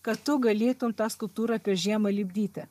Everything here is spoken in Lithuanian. kad tu galėtum tą skulptūrą per žiemą lipdyti